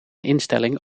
instelling